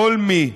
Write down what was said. כל מי,